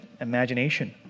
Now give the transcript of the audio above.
imagination